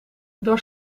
door